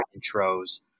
intros